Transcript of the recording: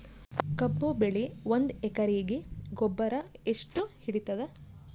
ಕಬ್ಬು ಬೆಳಿ ಒಂದ್ ಎಕರಿಗಿ ಗೊಬ್ಬರ ಎಷ್ಟು ಹಿಡೀತದ?